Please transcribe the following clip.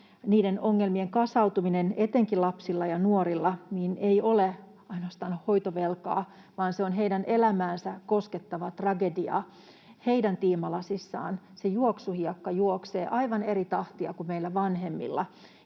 Niiden ongelmien kasautuminen etenkin lapsilla ja nuorilla ei ole ainoastaan hoitovelkaa, vaan se on heidän elämäänsä koskettava tragedia. Heidän tiimalasissaan se juoksuhiekka juoksee aivan eri tahtia kuin meillä vanhemmilla,